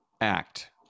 act